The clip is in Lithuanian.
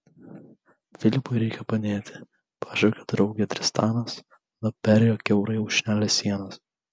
filipui reikia padėti pašaukė draugę tristanas tada perėjo kiaurai lūšnelės sienas